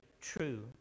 true